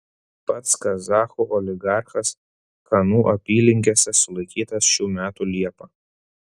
pats kazachų oligarchas kanų apylinkėse sulaikytas šių metų liepą